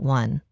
one